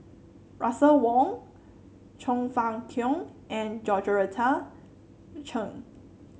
Russel Wong Chong Fah Cheong and Georgette Chen